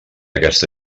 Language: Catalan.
aquesta